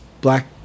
Black